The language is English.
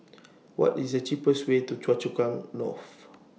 What IS The cheapest Way to Choa Chu Kang North